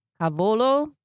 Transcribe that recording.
Cavolo